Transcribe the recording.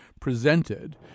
presented